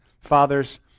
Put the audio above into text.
father's